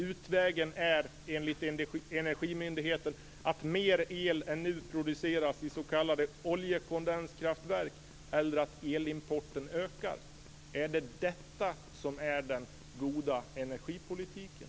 Utvägen är, enligt Energimyndigheten, att mer el än nu produceras i så kallade oljekondenskraftverk eller att elimporten ökar." Är det detta som är den goda energipolitiken?